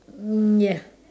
mm yah